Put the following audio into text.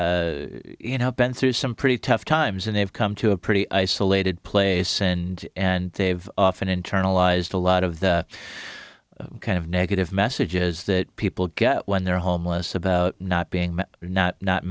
they've you know been through some pretty tough times and they've come to a pretty isolated place and and they've often internalized a lot of the kind of negative messages that people get when they're homeless about not being